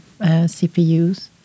CPUs